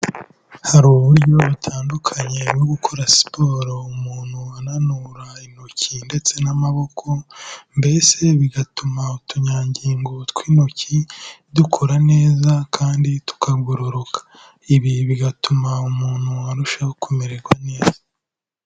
Hari uburyo butandukanye bwo gukora siporo umuntu ananura intoki ndetse n'amaboko, mbese bigatuma utunyangingo tw'intoki dukora neza kandi tukagororoka, ibi bigatuma umuntu arushaho kumererwa neza.